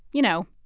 you know,